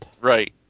Right